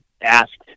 asked